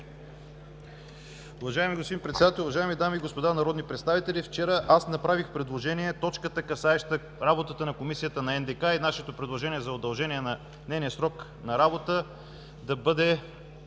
Уважаеми господин Председател, уважаеми дами и господа народни представители! Вчера направих предложение точката, касаеща работата на Комисията за НДК, и нашето предложение за удължение на нейния срок на работа да бъде